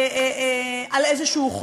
על חוק כלשהו,